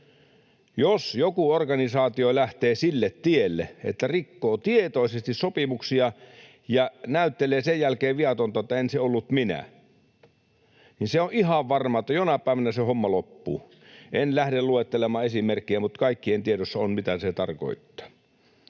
Jos joku organisaatio lähtee sille tielle, että rikkoo tietoisesti sopimuksia ja näyttelee sen jälkeen viatonta, että ”en se ollut minä”, niin se on ihan varma, että jonain päivänä se homma loppuu. En lähde luettelemaan esimerkkejä, mutta kaikkien tiedossa on, mitä se tarkoittaa.